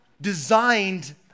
designed